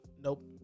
Nope